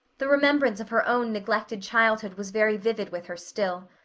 the remembrance of her own neglected childhood was very vivid with her still.